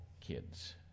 kids